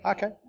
Okay